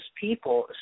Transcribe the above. people